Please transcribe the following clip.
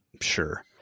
sure